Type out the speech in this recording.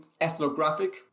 ethnographic